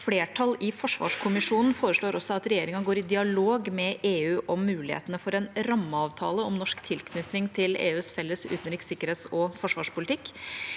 flertall i forsvarskommisjonen foreslår også at regjeringa går i dialog med EU om mulighetene for en rammeavtale om norsk tilknytning til EUs felles utenriks-, sikkerhets- og forsvarspolitikk.